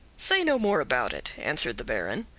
say no more about it, answered the baron.